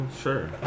sure